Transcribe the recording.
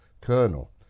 colonel